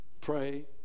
pray